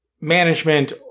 management